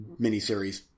miniseries